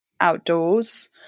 outdoors